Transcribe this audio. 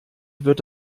wird